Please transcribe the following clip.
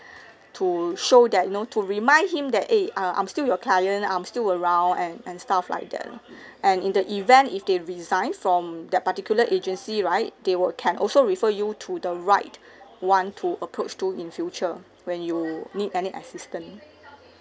to show that you know to remind him that eh uh I'm still your client I'm still around and and stuff like that lah and in the event if they resigned from that particular agency right they were can also refer you to the right one to approach to in future when you need any assistance